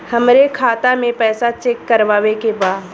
हमरे खाता मे पैसा चेक करवावे के बा?